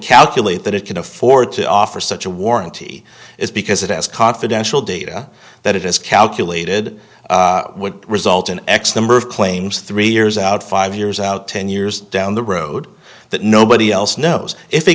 calculate that it can afford to offer such a warranty is because it has confidential data that it has calculated would result in x number of claims three years out five years out ten years down the road that nobody else knows if